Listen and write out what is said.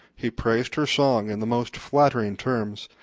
he praised her song in the most flattering terms,